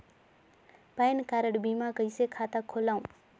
Pan card बिना कइसे खाता खोलव?